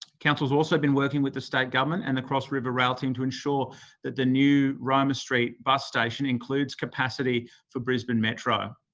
council has also been working with the state government and the cross-river rail team to ensure that the new roma street bus station includes capacity for brisbane metro.